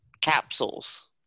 capsules